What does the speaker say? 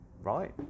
Right